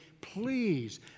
please